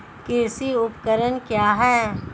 कृषि उपकरण क्या है?